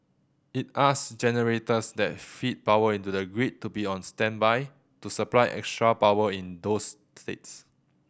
it asked generators that feed power into the grid to be on standby to supply extra power in those state